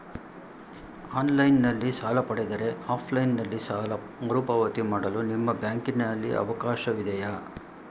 Online ನಲ್ಲಿ ಸಾಲ ಪಡೆದರೆ ಆಫ್ಲೈನ್ ನಲ್ಲಿ ಸಾಲ ಮರುಪಾವತಿ ಮಾಡಲು ನಿಮ್ಮ ಬ್ಯಾಂಕಿನಲ್ಲಿ ಅವಕಾಶವಿದೆಯಾ?